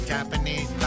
Japanese